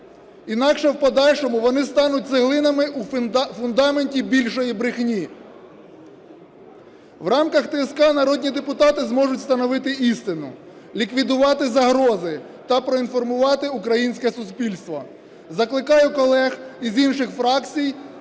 інакше в подальшому вони стануть цеглинами у фундаменті більшої брехні. В рамках ТСК народні депутати зможуть встановити істину, ліквідувати загрози та проінформувати українське суспільство. Закликаю колег і з інших фракцій